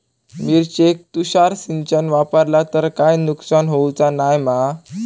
मिरचेक तुषार सिंचन वापरला तर काय नुकसान होऊचा नाय मा?